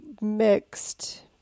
mixed